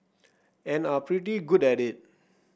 and are pretty good at it